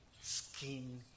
skin